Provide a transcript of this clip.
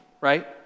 right